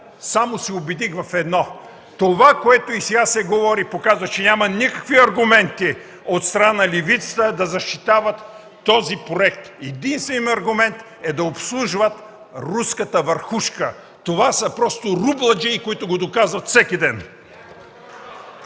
отново се убедих в едно – това, което и сега се говори, показва, че няма никакви аргументи от страна на левицата да защитават този проект! Единственият им аргумент е да обслужват руската върхушка! Това са просто рубладжии, които го доказват всеки ден!